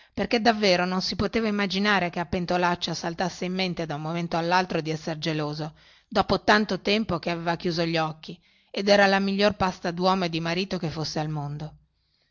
perchè davvero non si poteva immaginare che a pentolaccia saltasse in mente da un momento allaltro di esser geloso dopo tanto tempo che aveva chiuso gli occhi ed era la miglior pasta duomo e di marito che fosse al mondo